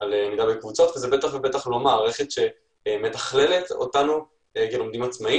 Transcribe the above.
על למידה בקבוצות וזה בטח לא מערכת שמתחללת אותנו להיות עצמאים